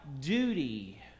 duty